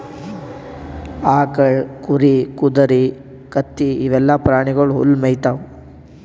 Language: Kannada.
ಆಕಳ್, ಕುರಿ, ಕುದರಿ, ಕತ್ತಿ ಇವೆಲ್ಲಾ ಪ್ರಾಣಿಗೊಳ್ ಹುಲ್ಲ್ ಮೇಯ್ತಾವ್